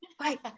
right